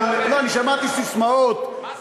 לא, אני שמעתי ססמאות, מה ססמאות?